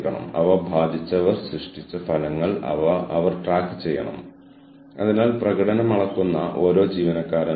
കൂടാതെ അവർക്ക് ആ നയങ്ങൾ പിന്തുടരാൻ കഴിയില്ല അതിനാൽ അത് തികച്ചും അനിവാര്യമാണ്